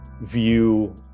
view